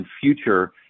future